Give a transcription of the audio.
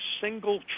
single